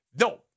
No